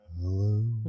Hello